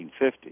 1950